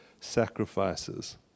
sacrifices